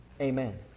Amen